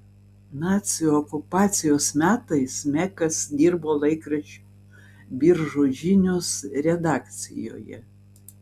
nacių okupacijos metais mekas dirbo laikraščio biržų žinios redakcijoje